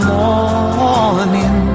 morning